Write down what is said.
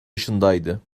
yaşındaydı